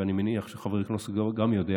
ואני מניח שגם חבר הכנסת יודע,